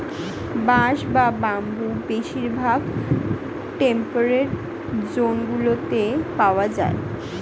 বাঁশ বা বাম্বু বেশিরভাগ টেম্পারেট জোনগুলিতে পাওয়া যায়